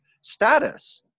status